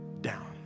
down